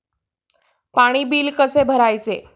पाणी बिल कसे भरायचे?